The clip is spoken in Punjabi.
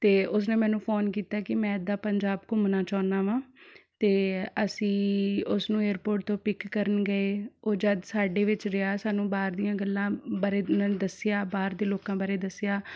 ਅਤੇ ਉਸਨੇ ਮੈਨੂੰ ਫ਼ੋਨ ਕੀਤਾ ਕਿ ਮੈਂ ਇੱਦਾਂ ਪੰਜਾਬ ਘੁੰਮਣਾ ਚਾਹੁੰਦਾ ਵਾ ਅਤੇ ਅਸੀਂ ਉਸਨੂੰ ਏਅਰਪੋਰਟ ਤੋਂ ਪਿੱਕ ਕਰਨ ਗਏ ਉਹ ਜਦ ਸਾਡੇ ਵਿੱਚ ਰਿਹਾ ਸਾਨੂੰ ਬਾਹਰ ਦੀਆਂ ਗੱਲਾਂ ਬਾਰੇ ਉਨ੍ਹਾਂ ਨੇ ਦੱਸਿਆ ਬਾਹਰ ਦੇ ਲੋਕਾਂ ਬਾਰੇ ਦੱਸਿਆ